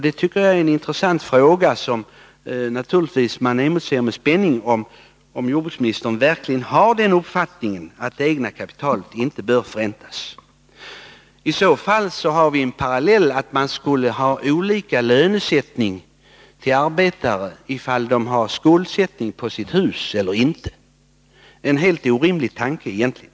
Det är en fråga vars svar man emotser med spänning, om jordbruksministern verkligen har uppfattningen att det egna kapitalet inte bör förräntas. I så fall har vi en parallell: att man skulle ha olika lönesättning för arbetare, beroende på om de har skulder på sitt hus eller inte — en helt orimlig tanke, egentligen.